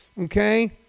okay